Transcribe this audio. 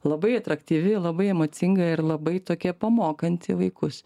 labai atraktyvi labai emocinga ir labai tokia pamokanti vaikus